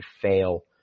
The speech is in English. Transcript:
fail